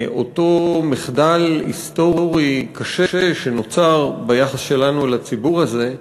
אותו מחדל היסטורי קשה שנוצר ביחס שלנו לציבור הזה,